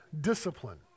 discipline